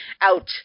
out